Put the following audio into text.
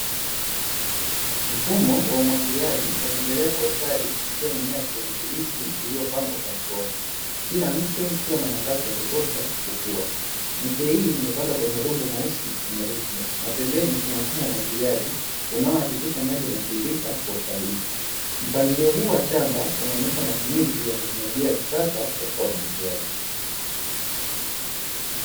Mfumo wa umwagiliaji unaendelea kwa ustadi kupitia mimea ya kijani kibichi iliyopangwa kwa hatua, kila mche ikiwa na nafasi ya kutosha kukua, miche hii imepanda kwenye udongo mweusi kwenye rutuba na pembeni kuna mfumo wa umwagiliaji unao hakikisha maji yanatiririka kwa usahihi mpangilio huu shamba unaonyesha matumizi sahihi ya teknolojia ya kisasa katika umwagiliaji.